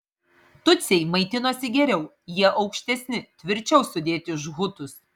tutsiai maitinosi geriau jie aukštesni tvirčiau sudėti už hutus